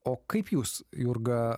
o kaip jūs jurga